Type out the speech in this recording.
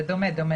זה דומה.